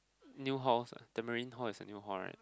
new halls ah Tamarind Hall is a new hall right